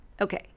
Okay